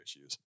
issues